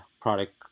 product